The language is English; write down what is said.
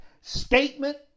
statement